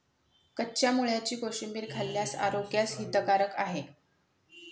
कच्च्या मुळ्याची कोशिंबीर खाल्ल्यास आरोग्यास हितकारक आहे